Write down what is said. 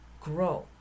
grow